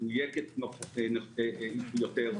מדויקת יותר,